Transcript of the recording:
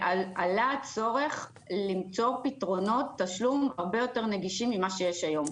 ועלה הצורך למצוא פתרונות תשלום הרבה יותר נגישים ממה שיש היום.